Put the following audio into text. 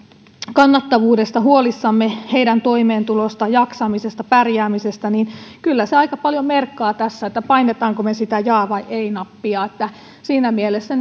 kannattavuudesta heidän toimeentulostaan jaksamisestaan pärjäämisestään niin kyllä se aika paljon merkkaa tässä painammeko me jaa vai ei nappia siinä mielessä